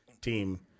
team